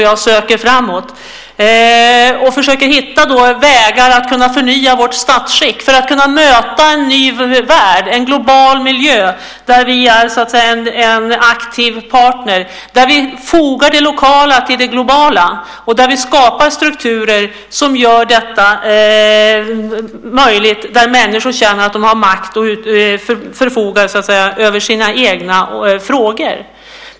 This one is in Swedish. Jag söker framåt och försöker hitta vägar att kunna förnya vårt statsskick för att kunna möta en ny värld, en global miljö, där vi är en aktiv partner, där vi fogar det lokala till det globala och där vi skapar strukturer som gör det möjligt för människor att känna att de har makt att förfoga över sina egna frågor.